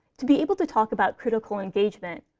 to be able to talk about critical engagement,